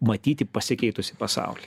matyti pasikeitusį pasaulį